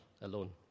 alone